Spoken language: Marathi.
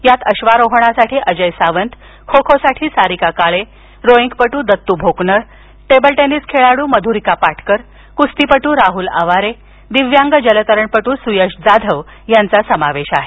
यात अश्वारोहणासाठी अजय सावंत खो खोसाठी सारिका काळे रोईगपटू दत्तू भोकनळ टेबल टेनिस खेळाडू मधुरिका पाटकरकुस्तीपटू राहुल आवारे दिव्यांग जलतरणपटू सुयश जाधव यांचा समावेश आहे